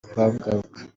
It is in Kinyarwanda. kuhagaruka